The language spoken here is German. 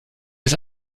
ist